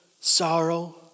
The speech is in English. sorrow